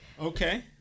Okay